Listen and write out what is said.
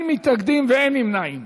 מתנגדים, אין נמנעים.